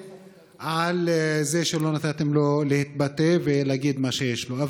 על זה שלא נתתם לו להתבטא ולהגיד מה שיש לו.